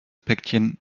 päckchen